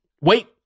wait